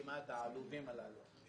כמעט העלובים הללו.